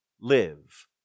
live